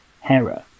Hera